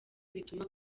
bituma